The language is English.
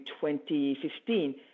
2015